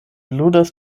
ludas